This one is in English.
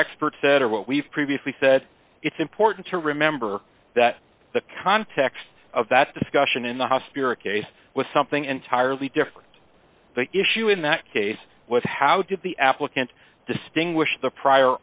expert said or what we've previously said it's important to remember that the context of that discussion in the hospital case was something entirely different the issue in that case was how did the applicant distinguish the prior